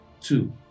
Two